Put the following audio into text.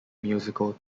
musical